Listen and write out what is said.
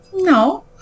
No